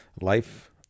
life